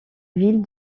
ville